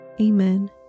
Amen